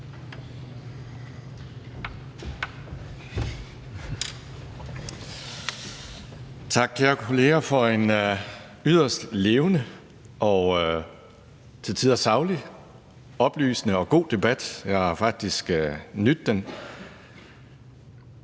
Tak, kære kolleger, for en yderst levende og til tider saglig, oplysende og god debat. Jeg har faktisk nydt den.